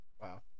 Wow